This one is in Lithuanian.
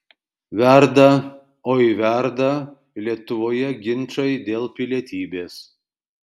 verda oi verda lietuvoje ginčai dėl pilietybės